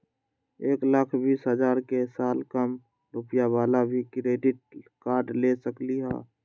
एक लाख बीस हजार के साल कम रुपयावाला भी क्रेडिट कार्ड ले सकली ह?